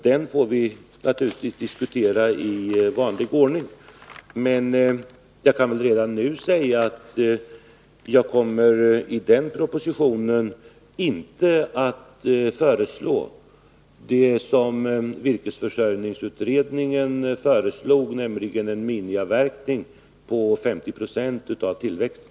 Den får vi naturligtvis diskutera i vanlig ordning. Men jag kan redan nu säga att jag i den propositionen inte kommer att föreslå det som virkesförsörjningsutredningen föreslog, nämligen en miniavverkning på 50 90 av tillväxten.